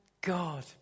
God